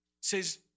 says